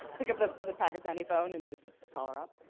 pick up the the pakistani phone and just call her up.